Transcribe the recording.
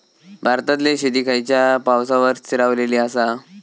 भारतातले शेती खयच्या पावसावर स्थिरावलेली आसा?